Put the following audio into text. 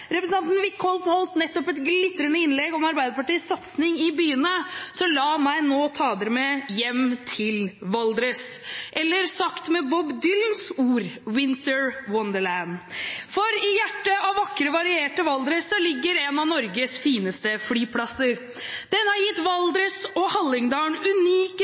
Representanten Wickholm holdt nettopp et glitrende innlegg om Arbeiderpartiets satsing i byene, så la meg nå ta dere med hjem til Valdres, eller sagt med Bob Dylans ord, «Winter Wonderland». I hjertet av vakre, varierte Valdres ligger en av Norges fineste flyplasser. Den har gitt Valdres og Hallingdal unike